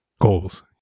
Goals